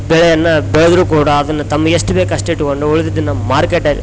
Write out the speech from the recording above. ಬೆಳೆಯನ್ನು ಬೆಳೆದ್ರು ಕೂಡ ಅದನ್ನು ತಮಗೆ ಎಷ್ಟು ಬೇಕೋ ಅಷ್ಟು ಇಟ್ಟುಕೊಂಡು ಉಳ್ದಿದ್ದನ್ನು ಮಾರ್ಕೆಟಲ್